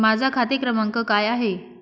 माझा खाते क्रमांक काय आहे?